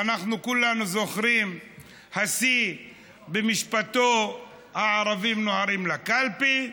אנחנו כולנו זוכרים את השיא במשפטו: "הערבים נוהרים לקלפי".